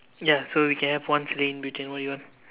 ya so we can have one silly in between what you want